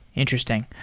interesting.